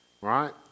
right